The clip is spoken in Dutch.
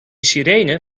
sirene